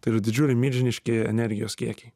tai yra didžiuliai milžiniški energijos kiekiai